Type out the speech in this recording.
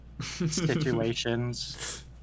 situations